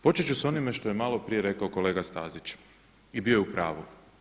Početi ću s onime što je malo prije rekao kolega Stazić i bio je u pravu.